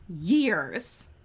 years